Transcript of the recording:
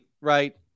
right